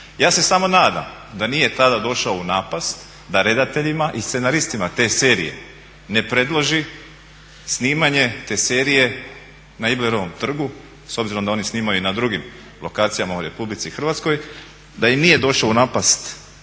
Ja se samo nadam da nije tada došao u napast da redateljima i scenaristima te serije ne predloži snimanje te serije na Iblerovom trgu, s obzirom da oni snimaju i na drugim lokacijama u RH da im nije došao u napast